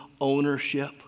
ownership